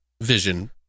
vision